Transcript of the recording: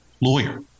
lawyer